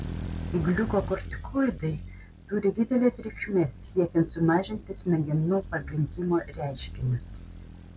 gliukokortikoidai turi didelės reikšmės siekiant sumažinti smegenų pabrinkimo reiškinius